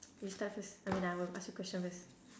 you start first I mean I'll ask you question first